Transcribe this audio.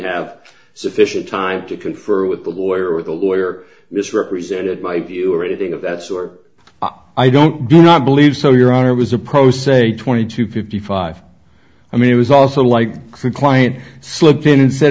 have sufficient time to confer with the lawyer the lawyer misrepresented my view or anything of that sort i don't do not believe so your honor was a pro se twenty to fifty five i mean it was also like the client slippin and said